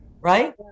right